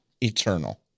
eternal